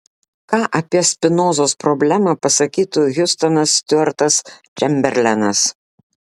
ką apie spinozos problemą pasakytų hiustonas stiuartas čemberlenas